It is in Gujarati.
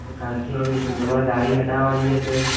અચ્છા કાલથી આવી જશો ને તમારે ગાડી હટાવવાની હશે